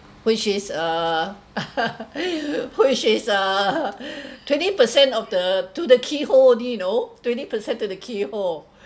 which is err which is err twenty percent of the to the keyhole only you know twenty percent to the keyhole